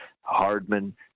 Hardman